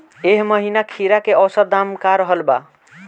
एह महीना खीरा के औसत दाम का रहल बा?